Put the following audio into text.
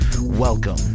Welcome